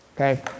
Okay